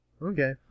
Okay